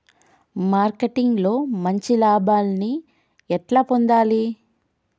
Marketing లో మంచి లాభాల్ని ఎట్లా పొందాలి?